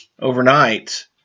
overnight